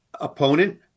opponent